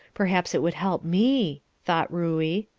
perhaps it would help me, thought ruey.